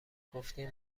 گفتین